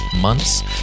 months